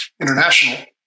International